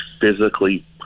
physically